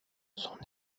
son